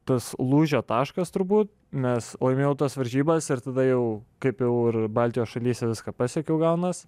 tas lūžio taškas turbūt nes laimėjau tas varžybas ir tada jau kaip jau ir baltijos šalyse viską pasiekiau gaunas